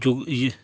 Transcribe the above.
zoo ᱤᱭᱟᱹ